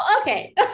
Okay